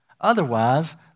Otherwise